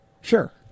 sure